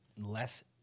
less